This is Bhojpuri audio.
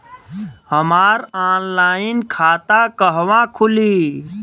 हमार ऑनलाइन खाता कहवा खुली?